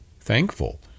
thankful